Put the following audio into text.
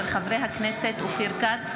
של חברי הכנסת אופיר כץ,